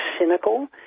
cynical